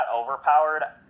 overpowered